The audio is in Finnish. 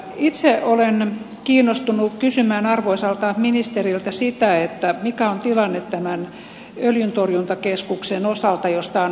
itse olen kiinnostunut kysymään arvoisalta ministeriltä sitä mikä on tilanne tämän öljyntorjuntakeskuksen osalta josta on vuosia puhuttu